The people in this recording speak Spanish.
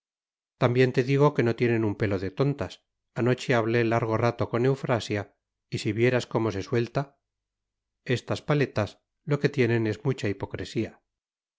también te digo que no tienen un pelo de tontas anoche hablé largo rato con eufrasia y si vieras cómo se suelta estas paletas lo que tienen es mucha hipocresía